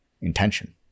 intention